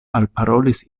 alparolis